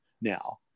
now